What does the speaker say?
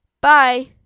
Bye